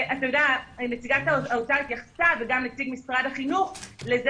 נציגת האוצר התייחסה, וגם נציג משרד החינוך, לזה